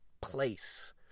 place